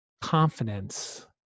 confidence